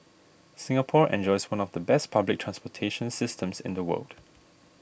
Singapore enjoys one of the best public transportation systems in the world